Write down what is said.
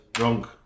wrong